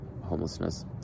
homelessness